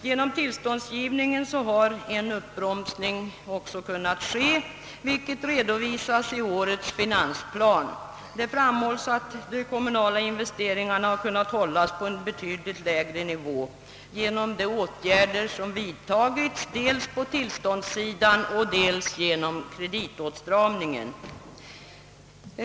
Genom tillståndsgivningen har en uppbromsning också kunnat ske, vilket redovisas i årets finansplan. Det framhålls att de kommunala investeringarna har kunnat hållas på en betydligt lägre nivå genom de åtgärder som har vidtagits dels på tillståndssidan och dels genom kreditåtstramningen.